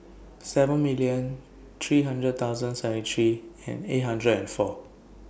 seven million three thousand thousand seventy three and eight hundred and four